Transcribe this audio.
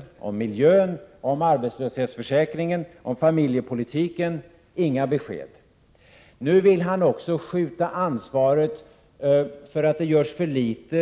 Regeringen lämnar inga besked om miljön, arbetslöshetsförsäkringen och familjepolitiken. Nu vill Kjell-Olof Feldt även skjuta ansvaret för att det görs för litet